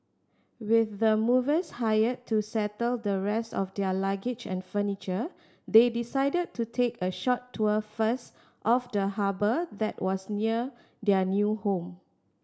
with the movers hired to settle the rest of their luggage and furniture they decided to take a short tour first of the harbour that was near their new home